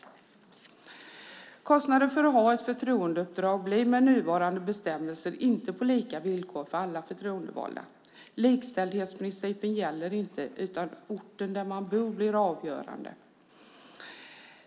Kostnaden för att ha ett förtroendeuppdrag blir med nuvarande bestämmelser inte på lika villkor för alla förtroendevalda. Likställighetsprincipen gäller inte, utan orten där man bor blir det avgörande.